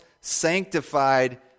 sanctified